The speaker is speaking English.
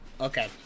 Okay